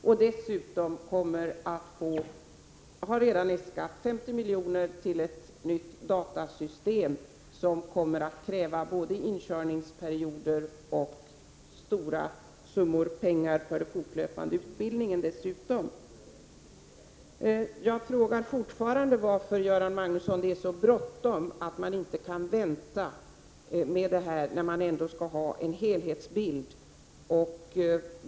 Kronofogdemyndigheterna har redan äskat 50 miljoner till ett nytt datasystem, som kommer att kräva stora summor pengar både för inkörningsperioder och för fortlöpande utbildning. Jag vill återigen fråga Göran Magnusson varför det är så bråttom, när man ändå väntar på en helhetsbild.